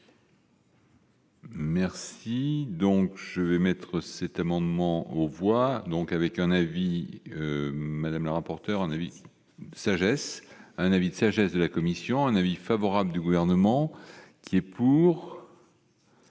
Merci donc je vais mettre cet amendement on voit donc avec un avis madame la rapporteure Anne avis sagesse un avis de sagesse de la commission, un avis favorable du gouvernement. Qui est pour,